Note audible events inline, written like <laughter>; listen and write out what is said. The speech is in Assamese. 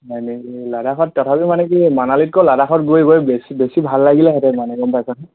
<unintelligible> লাডাখত তথাপি মানে কি মানালিতকৈ লাডাখত গৈ গৈ বেছি বেছি ভাল লাগিহেঁতেন মানে গম পাইছাে নে